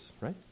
right